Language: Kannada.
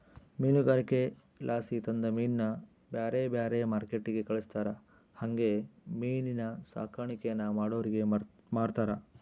ಮೀನುಗಾರಿಕೆಲಾಸಿ ತಂದ ಮೀನ್ನ ಬ್ಯಾರೆ ಬ್ಯಾರೆ ಮಾರ್ಕೆಟ್ಟಿಗೆ ಕಳಿಸ್ತಾರ ಹಂಗೆ ಮೀನಿನ್ ಸಾಕಾಣಿಕೇನ ಮಾಡೋರಿಗೆ ಮಾರ್ತಾರ